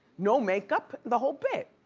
no makeup, the whole bit!